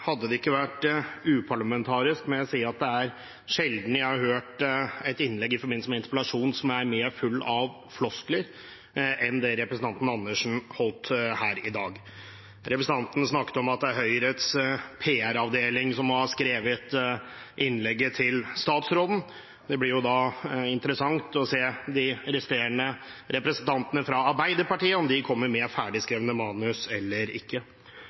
er sjelden jeg har hørt et innlegg i forbindelse med en interpellasjon som er mer fullt av floskler enn det representanten Dag Terje Andersen holdt her i dag. Representanten snakket om at det er Høyres PR-avdeling som må ha skrevet innlegget til statsråden. Det blir jo da interessant å se om de resterende representantene fra Arbeiderpartiet kommer med ferdigskrevne manus eller ikke.